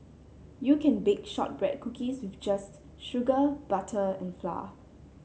you can bake shortbread cookies with just sugar butter and flour